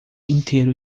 inteiro